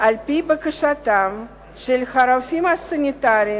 על-פי בקשתם של הרופאים הסניטרים